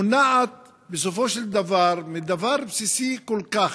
מונעת בסופו של דבר מדבר בסיסי כל כך,